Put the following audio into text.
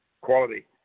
quality